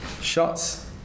shots